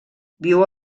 viu